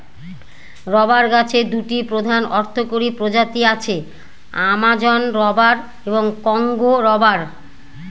rubber গাছের দুটি প্রধান অর্থকরী প্রজাতি আছে, অ্যামাজন রবার এবং কংগো রবার